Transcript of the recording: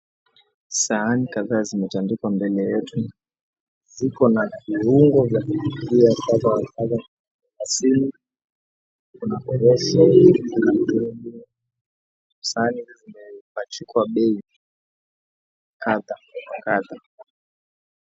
Sahani kadha zimetandikwa mbele yetu, ziko na viungo vya kupikia kadha wa kadha za asili. Kuna korosho, kuna sahani zimepachikwa bei kadha wa kadha.